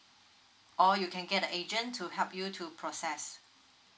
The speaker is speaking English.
or you can get a agent to help you to process